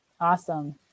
Awesome